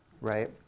right